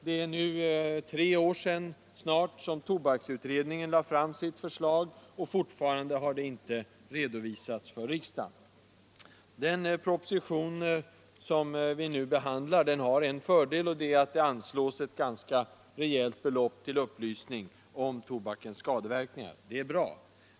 Det är nu snart tre år sedan tobaksutredningen lade fram sitt förslag, och fortfarande har det inte redovisats för riksdagen. Den proposition vi nu behandlar har en fördel, och det är att man anslår ett ganska rejält belopp till upplysning om tobakens skadeverkningar. Det är bra.